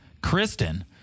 Kristen